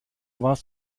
warst